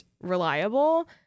reliable